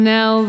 Now